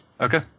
Okay